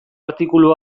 artikulu